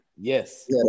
Yes